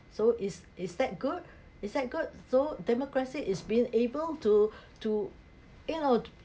so is is that good is that good so democracy is being able to to you know